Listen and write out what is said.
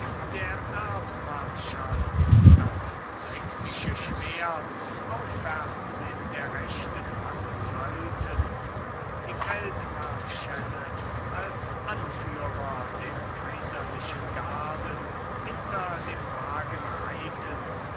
der erbmarschall das sächsische schwert aufwärts in der rechten hand haltend die feldmarschälle als anführer der kaiserlichen garden hinter dem wagen reitend